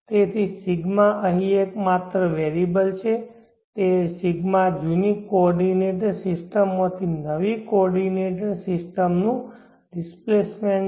તેથી ρ અહીં એકમાત્ર વેરીએબલ છે અને તે ρ જૂની કોઓર્ડિનેંટ સિસ્ટમમાંથી નવી કોઓર્ડિનેટ સિસ્ટમનું ડિસ્પ્લેસમેન્ટ છે